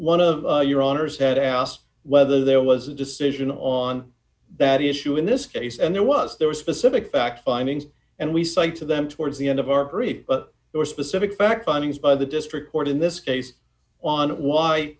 one of your owners had asked whether there was a decision on that issue in this case and there was there were specific fact findings and we cite to them towards the end of our brief but they were specific fact findings by the district court in this case on why